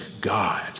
God